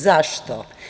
Zašto?